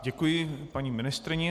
Děkuji paní ministryni.